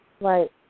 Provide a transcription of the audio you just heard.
Right